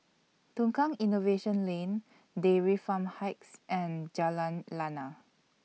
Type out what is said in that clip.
Tukang Innovation Lane Dairy Farm Heights and Jalan Lana